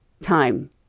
time